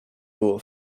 było